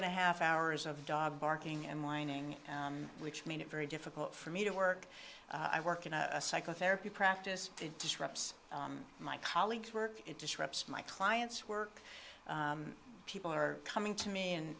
and a half hours of dog barking and whining which made it very difficult for me to work i work in a psychotherapy practice it disrupts my colleagues work it disrupts my clients work people are coming to